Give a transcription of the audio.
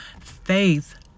Faith